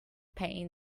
pain